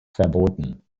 verboten